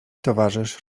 towarzysz